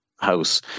house